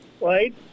Right